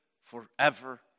forever